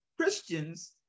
Christians